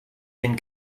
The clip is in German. den